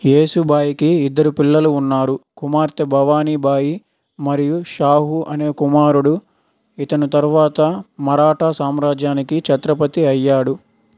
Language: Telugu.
యేసుబాయికి ఇద్దరు పిల్లలు ఉన్నారు కుమార్తె భవానీ బాయి మరియు షాహు అనే కుమారుడు ఇతను తరువాత మరాఠా సామ్రాజ్యానికి ఛత్రపతి అయ్యాడు